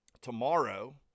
tomorrow